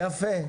יפה.